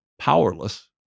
powerless